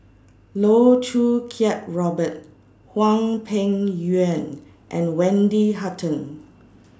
Loh Choo Kiat Robert Hwang Peng Yuan and Wendy Hutton